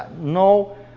No